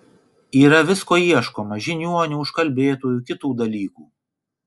yra visko ieškoma žiniuonių užkalbėtojų kitų dalykų